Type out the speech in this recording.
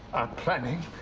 planning